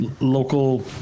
Local